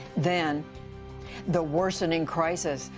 then the worsening crisis.